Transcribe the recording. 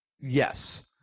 Yes